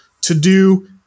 to-do